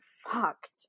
fucked